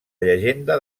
llegenda